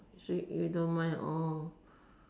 so you don't mind orh